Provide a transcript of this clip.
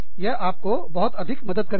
यह आपको बहुत अधिक मदद करेगा